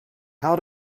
how